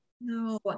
No